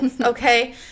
okay